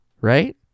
right